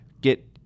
get